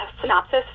synopsis